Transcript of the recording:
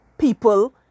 People